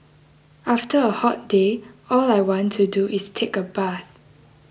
after a hot day all I want to do is take a bath